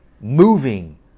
moving